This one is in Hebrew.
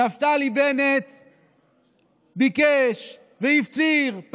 יש לבצע את ההריסה בתוך זמן קצר".